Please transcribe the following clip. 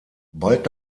bald